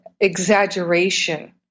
exaggeration